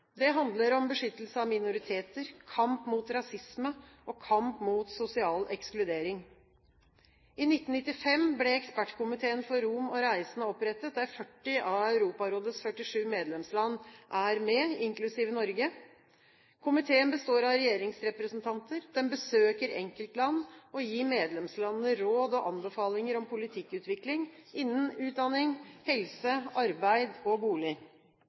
Det handler om beskyttelse av minoriteter, kamp mot rasisme og kamp mot sosial ekskludering. I 1995 ble en ekspertkomité for rom og reisende opprettet, der 40 av Europarådets 47 medlemsland er med, inklusiv Norge. Komiteen består av regjeringsrepresentanter. Den besøker enkeltland og gir medlemslandene råd og anbefalinger om politikkutvikling innen utdanning, helse, arbeid og bolig.